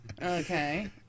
Okay